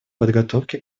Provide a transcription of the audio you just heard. подготовке